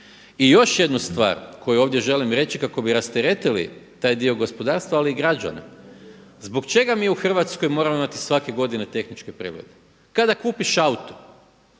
I još jednu stvar koju ovdje želim reći kako bi rasteretili taj dio gospodarstva, ali i građane. Zbog čega mi u Hrvatskoj moramo imati svake godine tehničke preglede? Kada kupiš auto,